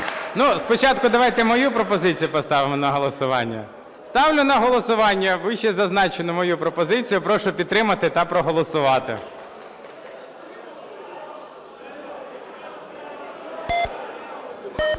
Спочатку давайте мою пропозицію поставимо на голосування. Ставлю на голосування вищезазначену, мою пропозицію. Прошу підтримати та проголосувати.